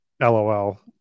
LOL